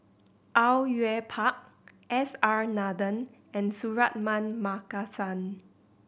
Au Yue Pak S R Nathan and Suratman Markasan